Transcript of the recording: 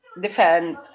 defend